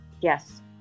Yes